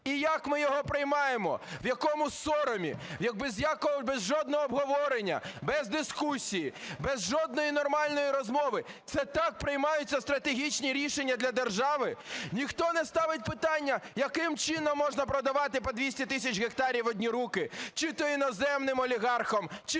і як ми його приймаємо, в якому соромі? Без якого, без жодного обговорення, без дискусії, без жодної нормальної розмови. Це так приймаються стратегічні рішення для держави?! Ніхто не ставить питання, яким чином можна продавати по 200 тисяч гектарів в одні руки чи то іноземним олігархам, чи